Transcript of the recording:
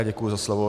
Děkuju za slovo.